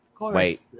Wait